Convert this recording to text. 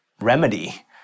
remedy